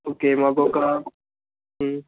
okay మాకు ఒక